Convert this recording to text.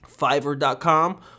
Fiverr.com